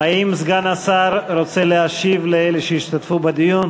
האם סגן השר רוצה להשיב לאלה שהשתתפו בדיון?